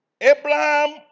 Abraham